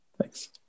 Thanks